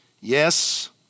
Yes